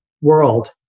world